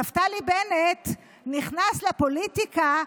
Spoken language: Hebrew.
נפתלי בנט נכנס לפוליטיקה,